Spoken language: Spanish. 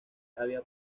había